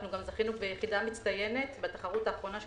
גם זכינו ביחידה מצטיינת בתחרות האחרונה של